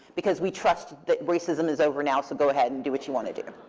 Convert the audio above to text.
because we trust that racism is over now, so go ahead and do what you want to do.